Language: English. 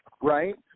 right